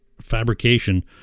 fabrication